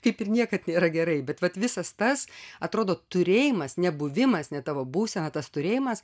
kaip ir niekad nėra gerai bet vat visas tas atrodo turėjimas nebuvimas ne tavo būsena tas turėjimas